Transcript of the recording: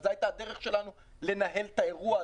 זו הייתה הדרך שלנו לנהל את האירוע הזה.